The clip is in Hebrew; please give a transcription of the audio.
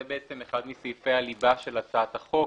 זה בעצם אחד מסעיפי הליבה של הצעת החוק,